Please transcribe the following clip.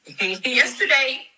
yesterday